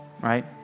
Right